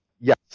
yes